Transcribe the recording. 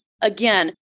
Again